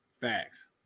Facts